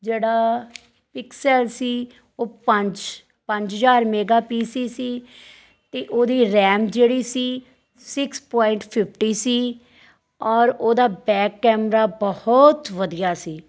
ਜਿਹੜਾ ਪਿਕਸਲ ਸੀ ਉਹ ਪੰਜ ਪੰਜ ਹਜ਼ਾਰ ਮੈਗਾ ਪੀ ਸੀ ਸੀ ਅਤੇ ਉਹਦੀ ਰੈਮ ਜਿਹੜੀ ਸੀ ਸਿਕਸ ਪੁਆਇੰਟ ਫਿਫਟੀ ਸੀ ਔਰ ਉਹਦਾ ਬੈਕ ਕੈਮਰਾ ਬਹੁਤ ਵਧੀਆ ਸੀ